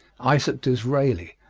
isaac disraeli,